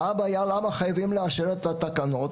למה חייבים לאשר את התקנות?